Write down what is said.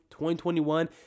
2021